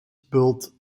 built